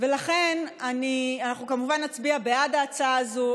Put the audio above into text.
ולכן, אנחנו כמובן נצביע בעד ההצעה הזאת.